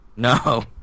No